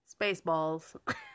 Spaceballs